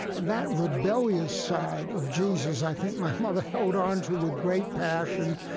and that rebellious side of jesus i think my mother held onto with great passion.